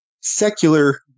secular